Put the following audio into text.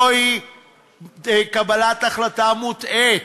זוהי החלטה מוטעית,